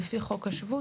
כל מי שלפי חוק השבות,